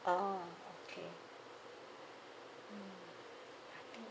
oh okay mm